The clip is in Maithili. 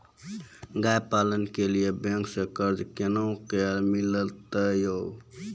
गाय पालन के लिए बैंक से कर्ज कोना के मिलते यो?